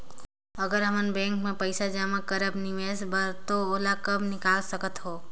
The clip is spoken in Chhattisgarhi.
अगर हमन बैंक म पइसा जमा करब निवेश बर तो ओला कब निकाल सकत हो?